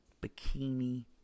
bikini